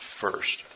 first